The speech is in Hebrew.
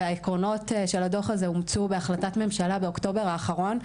והעקרונות של הדוח הזה אומצו בהחלטת ממשלה באוקטובר האחרון,